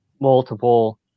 multiple